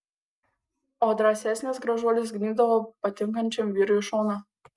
o drąsesnės gražuolės gnybdavo patinkančiam vyrui į šoną